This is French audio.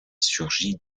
surgit